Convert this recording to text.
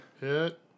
Hit